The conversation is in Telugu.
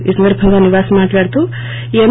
ఈ సందర్బంగా నివాస్ మాట్లాడుతూ ఎం